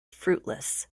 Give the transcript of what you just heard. fruitless